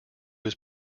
was